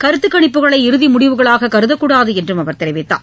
கருத்துக்கணிப்புகளை இறுதிமுடிவுகளாககருதக்கூடாதுஎன்றும் அவர் தெரிவித்தார்